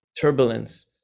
turbulence